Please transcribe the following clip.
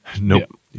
Nope